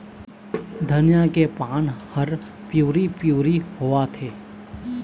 धनिया के पान हर पिवरी पीवरी होवथे?